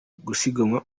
gusiganwa